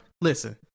listen